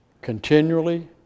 continually